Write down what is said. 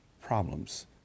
problems